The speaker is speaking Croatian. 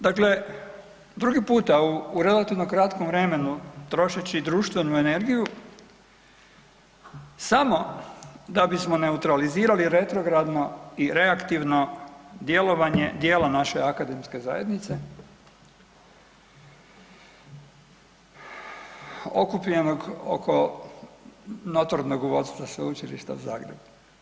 Dakle, drugi puta u relativno kratkom vremenu trošeći društvenu energiju samo da bismo neutralizirali retrogradno i reaktivno djelovanje djela naše akademske zajednice, okupljenog oko notornog vodstva Sveučilišta Zagreb.